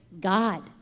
God